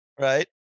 Right